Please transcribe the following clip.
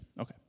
Okay